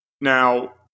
Now